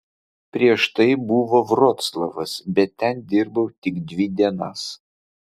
prieš tai buvo vroclavas bet ten dirbau tik dvi dienas